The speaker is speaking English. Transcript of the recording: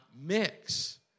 mix